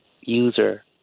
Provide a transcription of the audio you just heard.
user